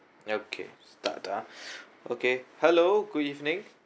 okay start ah okay hello good evening